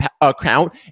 account